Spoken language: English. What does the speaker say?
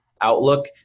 outlook